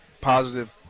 positive